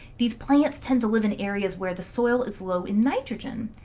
these plants tend to live in areas where the soil is low in nitrogen.